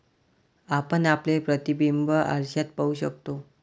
आपण आपले प्रतिबिंब आरशात पाहू शकतो